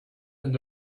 and